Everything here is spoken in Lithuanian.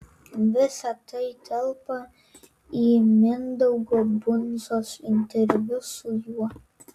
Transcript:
visa tai telpa į mindaugo bundzos interviu su juo